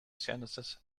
sentences